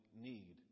need